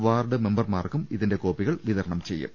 ward മെമ്പർമാർക്ക് ഇതിന്റെ copy കളും വിതരണം ചെയ്യും